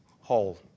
whole